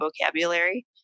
vocabulary